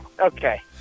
Okay